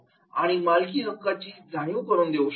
आणि मालकी हक्कांची जाणीव करून देऊ शकतो